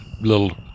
little